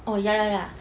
orh ya ya ya